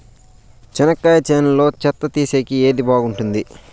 చెనక్కాయ చేనులో చెత్త తీసేకి ఏది బాగుంటుంది?